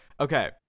okay